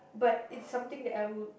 but it's something that I would